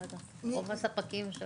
לא יודעת, רוב הספקים הם